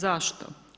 Zašto?